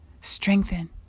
Strengthen